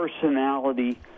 personality